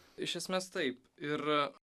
iš esmės taip ir